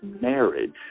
marriage